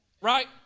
Right